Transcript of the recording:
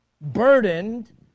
burdened